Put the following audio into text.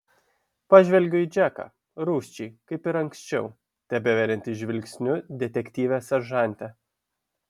pažvelgiu į džeką rūsčiai kaip ir anksčiau tebeveriantį žvilgsniu detektyvę seržantę